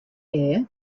erie